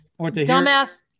dumbass